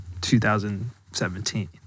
2017